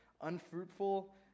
unfruitful